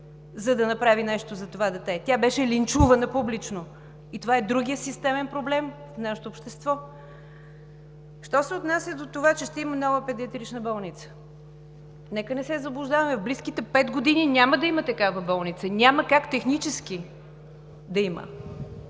за да направи нещо за това дете. Тя беше линчувана публично. И това е другият системен проблем на нашето общество. Що се отнася до това, че ще има нова педиатрична болница, нека не се заблуждаваме – в близките пет години няма да има такава болница, няма как технически да има,